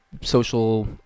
social